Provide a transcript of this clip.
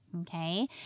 Okay